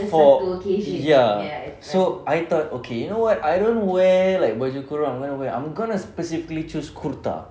for ya so I thought okay you know what I don't wear like baju kurung I'm going to wear I'm going to specifically choose kurta